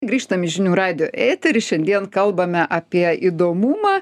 grįžtam į žinių radijo eterį šiandien kalbame apie įdomumą